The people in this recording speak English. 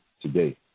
today